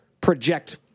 project